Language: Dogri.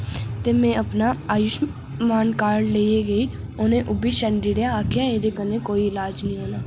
ते में अपना आयुश् मान कार्ड लेइयै गेई उ'नै ओह् बी छंडी ओड़ेआ आखेआ एह्दे कन्नै कोई इलाज निं होना